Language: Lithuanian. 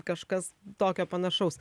kažkas tokio panašaus